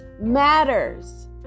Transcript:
matters